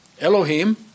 Elohim